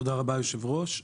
תודה רבה, היושב-ראש.